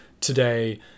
today